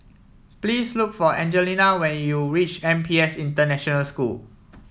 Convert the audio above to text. please look for Angelina when you reach N P S International School